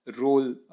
role